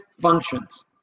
functions